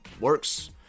works